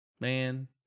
Man